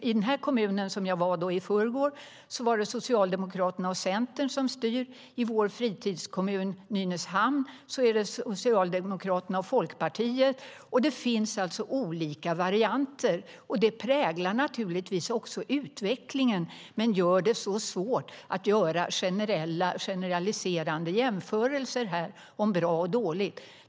I den kommun jag besökte är det Socialdemokraterna och Centern som styr. I vår fritidskommun Nynäshamn styr Socialdemokraterna och Folkpartiet. Det finns olika varianter, vilket naturligtvis präglar utvecklingen men gör det svårt att göra generaliserande jämförelser om bra och dåligt.